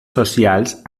socials